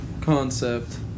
concept